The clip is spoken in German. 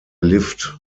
lift